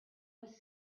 was